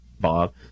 Bob